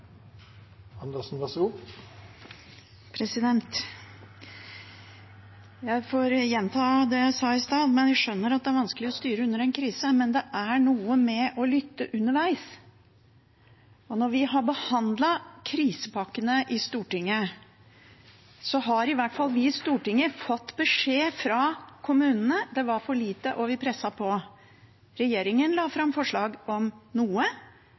vanskelig å styre under en krise, men det er noe med å lytte underveis. Når vi har behandlet krisepakkene i Stortinget, har i hvert fall vi i Stortinget fått beskjed fra kommunene om at det var for lite, og vi presset på. Regjeringen la fram forslag om noe,